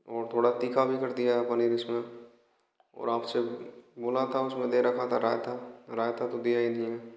और थोड़ा तीखा भी कर दिया है पनीर इसमें और आपसे बोला था उसमें दे रखा था रायता रायता तो दिया ही नहीं